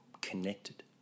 connected